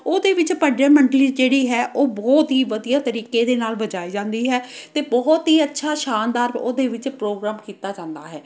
ਉਹਦੇ ਵਿੱਚ ਭਜਨ ਮੰਡਲੀ ਜਿਹੜੀ ਹੈ ਉਹ ਬਹੁਤ ਹੀ ਵਧੀਆ ਤਰੀਕੇ ਦੇ ਨਾਲ ਵਜਾਈ ਜਾਂਦੀ ਹੈ ਅਤੇ ਬਹੁਤ ਹੀ ਅੱਛਾ ਸ਼ਾਨਦਾਰ ਉਹਦੇ ਵਿੱਚ ਪ੍ਰੋਗਰਾਮ ਕੀਤਾ ਜਾਂਦਾ ਹੈ